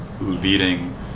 leading